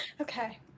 okay